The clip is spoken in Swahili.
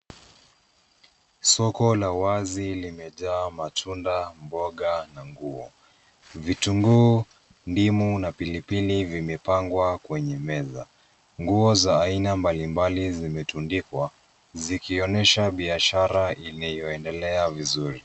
Soko la wazi limejaa matunda, mboga, na nguo. Vitunguu, ndimu, na pilipili vimepangwa kwenye meza, nguo za aina mbalimbali zimetundikwa, zikionyesha biashara iliyoendelea vizuri.